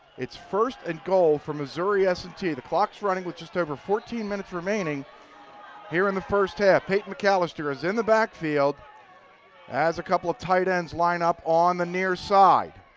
it's first and goal for missouri s and t. clock is running with just over fourteen minutes remaining here in the first half. payton mcalister is in the backfield as a couple of tight ends line up on the near side.